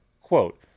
Quote